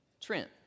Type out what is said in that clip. Trent